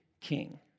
king